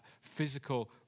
physical